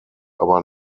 aber